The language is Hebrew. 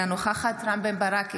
אינה נוכחת רם בן ברק,